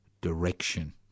direction